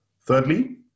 Thirdly